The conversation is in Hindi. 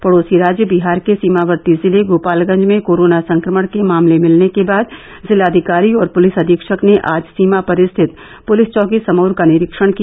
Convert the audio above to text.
पड़ोसी राज्य बिहार के सीमावर्ती जिले गोपालगंज में कोरोना संक्रमण के मामले मिलने के बाद जिलाधिकारी और पुलिस अधीक्षक ने आज सीमा पर रिथत पुलिस चौकी समउर का निरीक्षण किया